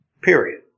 Period